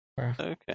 okay